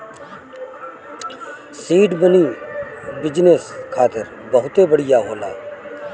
seed money business खातिर बहुते बढ़िया होला